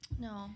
No